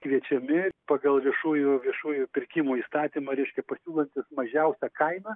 kviečiami pagal viešųjų viešųjų pirkimų įstatymą reiškia pasiūlantys mažiausią kainą